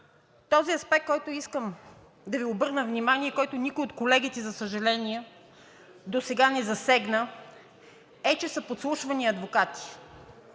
този аспект, в който искам да Ви обърна внимание, и никой от колегите, за съжаление, досега не засегна, е, че са подслушвани адвокати.